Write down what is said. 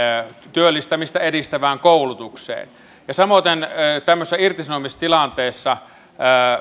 työllistämistä edistävään koulutukseen samoiten tämmöisessä irtisanomistilanteessa